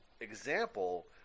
example